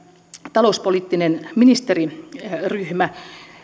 talouspoliittinen ministeriryhmä